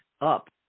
up